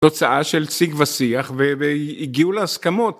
תוצאה של שיג ושיח והגיעו להסכמות.